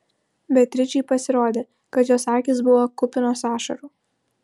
beatričei pasirodė kad jos akys buvo kupinos ašarų